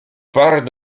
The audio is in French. part